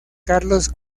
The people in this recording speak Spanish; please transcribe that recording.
carlos